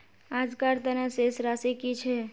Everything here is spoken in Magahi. आजकार तने शेष राशि कि छे?